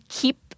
keep